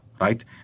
right